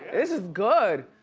this is good.